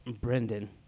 Brendan